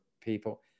people